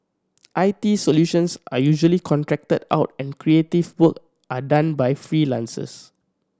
I T solutions are usually contracted out and creative work are done by freelancers